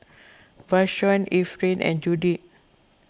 Vashon Efrain and Judith